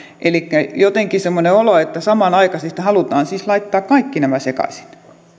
elikkä jotenkin on semmoinen olo että samanaikaisesti halutaan siis laittaa kaikki nämä sekaisin